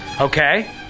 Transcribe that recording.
Okay